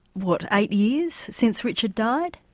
what, eight years since richard died?